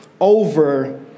over